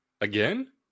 Again